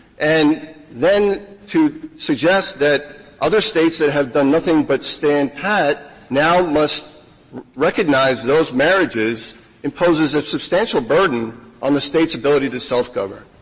and then to suggest that other states that have done nothing but stand pat now must recognize those marriages imposes a substantial burden on the state's ability to self-govern.